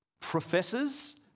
professors